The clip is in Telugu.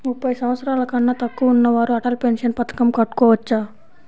ముప్పై సంవత్సరాలకన్నా తక్కువ ఉన్నవారు అటల్ పెన్షన్ పథకం కట్టుకోవచ్చా?